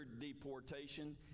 deportation